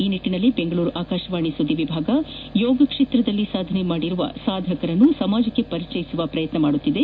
ಈ ನಿಟ್ಟನಲ್ಲಿ ಬೆಂಗಳೂರು ಆಕಾಶವಾಣಿಯ ಸುದ್ದಿ ವಿಭಾಗ ಯೋಗ ಕ್ಷೇತ್ರದಲ್ಲಿ ಸಾಧನೆಗೈದ ಎಲೆಮರೆಯ ಸಾಧಕರನ್ನು ಸಮಾಜಕ್ಕೆ ಪರಿಚಯಿಸುವ ಪ್ರಯತ್ನ ಮಾಡುತ್ತಿದೆ